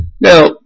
Now